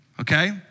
Okay